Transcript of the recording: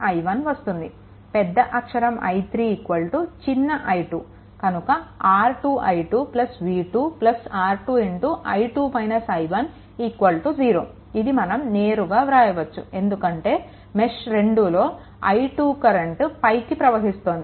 పెద్ద అక్షరం I3 చిన్న i2 కనుక R 2 i2 v2 R 2 0 ఇది మనం నేరుగా వ్రాయవచ్చు ఎందుకంటే మెష్2లో i2 కరెంట్ పైకి ప్రవహిస్తోంది